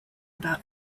about